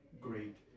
great